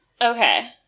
Okay